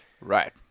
Right